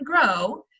grow